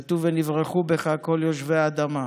כתוב: ונברכו בך כל יושבי האדמה.